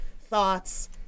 thoughts